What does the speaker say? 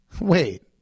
Wait